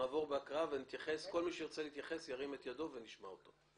נעבור בהקראה וכל מי שירצה להתייחס ירים את ידו ונשמע אותו.